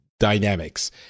dynamics